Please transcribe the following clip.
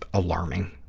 alarming,